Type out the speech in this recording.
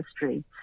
history